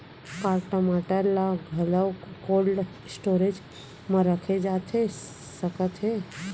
का टमाटर ला घलव कोल्ड स्टोरेज मा रखे जाथे सकत हे?